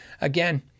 again